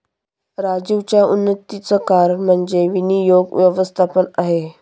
राजीवच्या उन्नतीचं कारण म्हणजे विनियोग व्यवस्थापन आहे